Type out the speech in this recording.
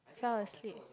fell asleep